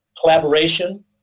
collaboration